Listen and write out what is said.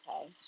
okay